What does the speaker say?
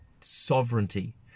sovereignty